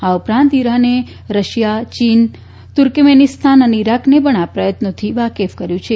આ ઉપરાંત ઈરાને રશિયા ચીન તૂર્કમેનીસ્તાન અને ઇરાકને પજ્ઞ આ પ્રયત્નોથી વાકેફ કર્યું છે